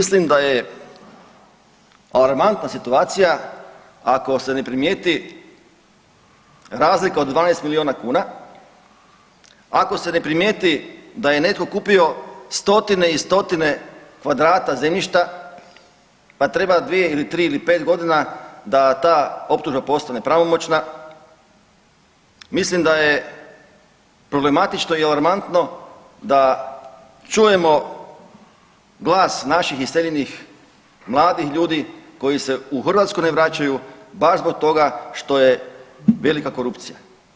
Mislim da je alarmantna situacija ako se na primijeti razlika od 12 miliona kuna, ako se na primijeti da je netko kupio stotine i stotine kvadrata zemljišta pa treba 2 ili 3 ili 5 godina da ta optužba postane pravomoćna, mislim da je problematično i alarmantno da čujemo glas naših iseljenih mladih ljudi koji se u Hrvatsku ne vraćaju baš zbog toga što je velika korupcija.